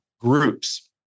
groups